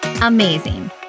Amazing